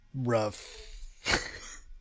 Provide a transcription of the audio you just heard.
rough